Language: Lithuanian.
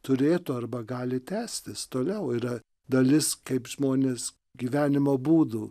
turėtų arba gali tęstis toliau yra dalis kaip žmonės gyvenimo būdų